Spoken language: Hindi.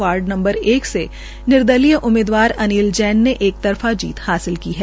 वार्ड नंबर एक से निर्दलय उम्मीदवार अनिल जैन ने एक तरफ जीत हासिल की है